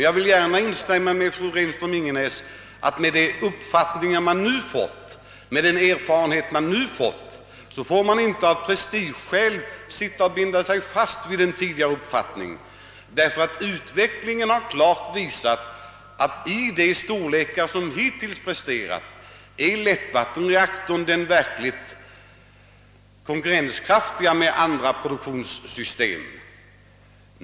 Jag håller emellertid med fru Renström-Ingenäs om att med de erfarenheter vi nu har får man inte av prestigeskäl fasthålla vid en tidigare uppfattning. Utvecklingen har nämligen klart visat att för anläggningar av den storlek som hittills prövats är lättvattenreaktorn definitivt i stånd att konkurrera med andra produktionssystem.